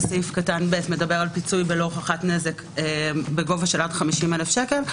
זה סעיף קטן (ב) מדבר על פיצוי ללא הוכחת נזק בגובה של עד 50,000 שקל,